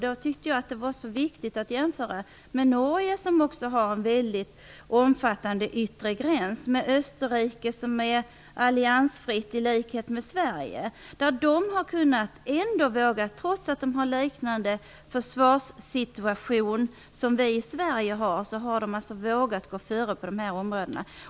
Då tyckte jag att det var viktigt att jämföra med Norge som också har en omfattande yttre gräns och med Österrike som är alliansfritt i likhet med Sverige. Trots att de har en liknande försvarssituation som vi i Sverige har de vågat gå före på detta område.